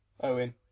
Owen